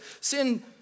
sin